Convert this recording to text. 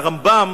הרמב"ם